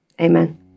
Amen